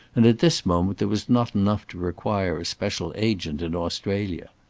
and at this moment there was not enough to require a special agent in australia.